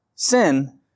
Sin